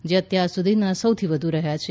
જેં અત્યાર સુધીના સૌથી વધુ રહ્યા છે